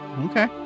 Okay